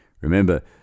Remember